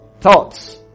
thoughts